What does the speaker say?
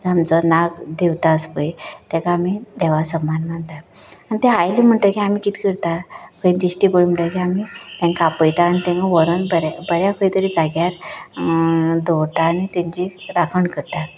आमचो नाग देवता आसा पळय ताका आमी देवा समान मानतात आनी ते आयले म्हणटगीर कितें करतां खंय दिश्टी पडलो म्हणटगीर आमी ताका आपयता आनी ताका व्हरूंक बरे बऱ्या खंयतरी जाग्यार दवरता आनी तांची राखण करतां